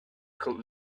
could